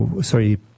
Sorry